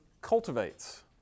cultivates